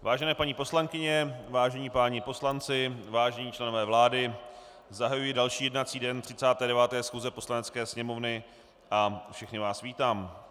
Vážené paní poslankyně, vážení páni poslanci, vážení členové vlády, zahajuji další jednací den 39. schůze Poslanecké sněmovny a všechny vás vítám.